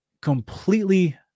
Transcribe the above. completely